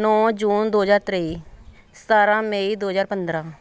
ਨੌਂ ਜੂਨ ਦੋ ਹਜ਼ਾਰ ਤੇਈ ਸਤਾਰਾਂ ਮਈ ਦੋ ਹਜ਼ਾਰ ਪੰਦਰਾਂ